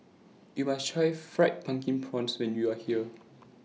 YOU must Try Fried Pumpkin Prawns when YOU Are here